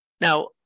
Now